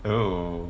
oh